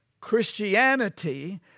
Christianity